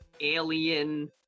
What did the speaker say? alien